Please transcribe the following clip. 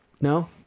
No